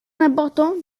important